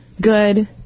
good